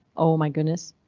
oh my goodness,